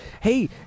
hey